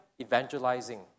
evangelizing